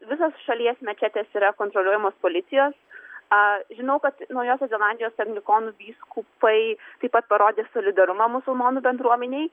visos šalies mečetės yra kontroliuojamos policijos a žinau kad naujosios zelandijos anglikonų vyskupai taip pat parodė solidarumą musulmonų bendruomenei